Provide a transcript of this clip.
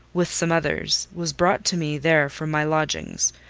with some others, was brought to me there from my lodgings.